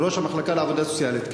ראש המחלקה לעבודה סוציאלית.